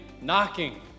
knocking